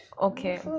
okay